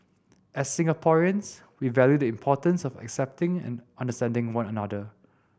as Singaporeans we value the importance of accepting and understanding one another